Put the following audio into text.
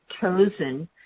chosen